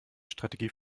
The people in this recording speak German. strategie